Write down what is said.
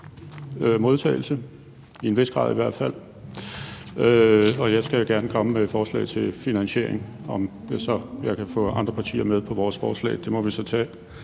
modtagelse, i hvert fald i en vis grad, og jeg skal da gerne komme med et forslag til finansiering. Om jeg kan få andre partier med på vores forslag, må vi så tage,